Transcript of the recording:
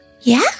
Yeah